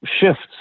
shifts